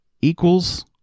equals